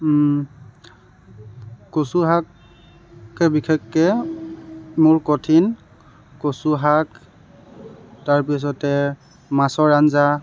কচুশাকে বিশেষকৈ বৰ কঠিন কচুশাক তাৰপিছতে মাছৰ আঞ্জা